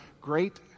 great